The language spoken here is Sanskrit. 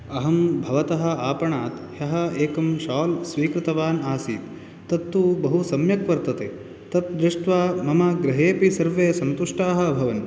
अहं भवतः आपणात् ह्यः एकं शाल् स्वीकृतवान् आसीत् तत्तु बहु सम्यक् वर्तते तत् दृष्ट्वा मम गृहेपि सर्वेपि सन्तुष्टाः अभवन्